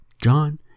John